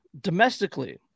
domestically